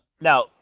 Now